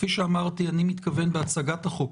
כפי שאמרתי, אני מתכוון, בהצגת החוק